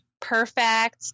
perfect